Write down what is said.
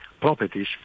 properties